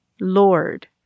Lord